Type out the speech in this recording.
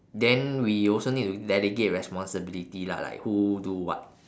then we also need to delegate responsibility lah like who do what